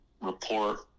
report